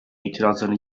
itirazlarını